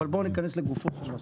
אבל בואו ניכנס לגופו של נושא.